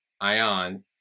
Ion